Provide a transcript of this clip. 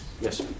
Yes